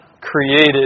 created